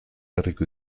herriko